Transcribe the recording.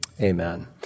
Amen